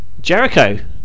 Jericho